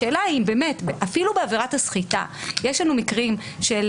אפילו בעבירת הסחיטה יש לנו מקרים של